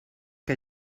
que